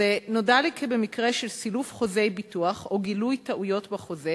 נודע לי כי במקרה של סילוף חוזי ביטוח או גילוי טעויות בחוזה,